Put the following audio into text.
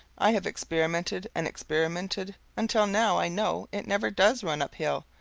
i have experimented and experimented until now i know it never does run uphill,